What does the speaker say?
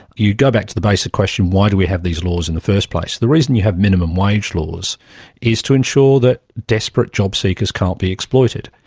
you go back to the basic question why do we have these laws in the first place? the reason you have minimum wage laws is to ensure that desperate job seekers can't be exploited.